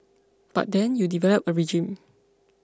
but then you develop a regime